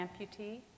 amputee